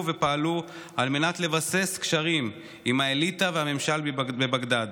ופעלו על מנת לבסס קשרים עם האליטה והממשל בבגדאד.